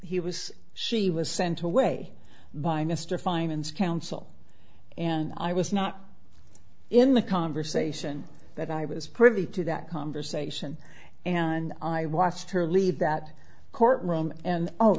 he was she was sent away by mr fine and counsel and i was not in the conversation that i was privy to that conversation and i watched her leave that court room and